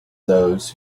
those